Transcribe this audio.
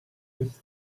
with